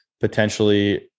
potentially